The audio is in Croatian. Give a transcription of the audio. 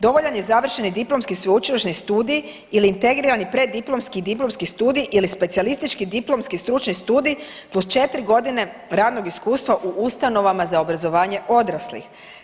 Dovoljan je završeni diplomski sveučilišni studij ili integrirani preddiplomski i diplomski studij ili specijalistički diplomski stručni studija plus 4 godine radnog iskustva u ustanovama za obrazovanje odraslih.